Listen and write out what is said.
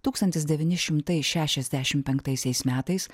tūkstantis devyni šimtai šešiasdešim penktaisiais metais